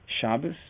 Shabbos